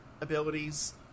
abilities